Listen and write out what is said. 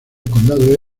condado